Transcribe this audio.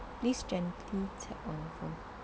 please gently tap on phone